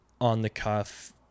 on-the-cuff